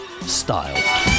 style